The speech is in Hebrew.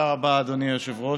תודה רבה, אדוני היושב-ראש.